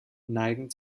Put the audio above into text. neigen